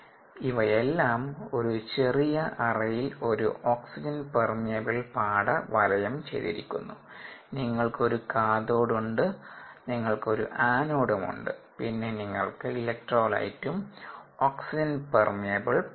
ഇവയെല്ലാം ഒരു ചെറിയ അറയിൽ ഒരു ഓക്സിജൻ പെർമീബിൾ പാട വലയം ചെയ്തിരിക്കുന്നു നിങ്ങൾക്ക് ഒരു കാഥോഡ് ഉണ്ട് നിങ്ങൾക്ക് ഒരു ആനോഡും ഉണ്ട് പിന്നെ നിങ്ങൾക്ക് ഇലക്ട്രോലൈറ്റും ഓക്സിജനും പെർമീബിൾ പാടയും